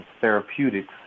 therapeutics